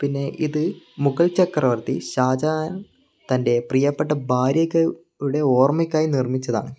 പിന്നെ ഇത് മുഗൾ ചക്രവർത്തി ഷാജഹാൻ തൻ്റെ പ്രിയപ്പെട്ട ഭാര്യയ്ക്ക് ഉടെ ഓർമ്മയ്ക്കായി നിർമിച്ചതാണ്